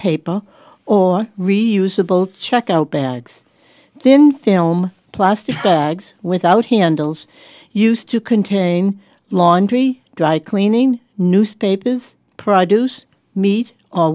paper or reusable checkout bags thin film plastic bags without handles used to contain laundry dry cleaning newspapers produce meat